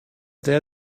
there